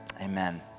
amen